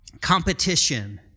competition